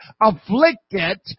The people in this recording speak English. afflicted